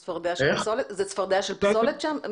של פסולת?